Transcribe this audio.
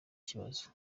kibazo